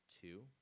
two